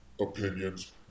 opinions